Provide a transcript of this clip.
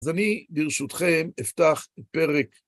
אז אני, ברשותכם, אפתח את פרק...